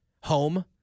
home